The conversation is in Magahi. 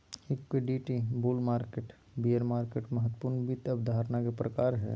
liquidity, bull market, bear market महत्वपूर्ण वित्त अवधारणा के प्रकार हय